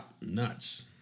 nuts